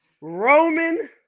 Roman